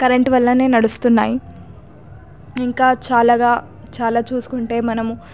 current వల్లనే నడుస్తున్నాయి ఇంకా చాలాగా చాలా చూసుకుంటే మనము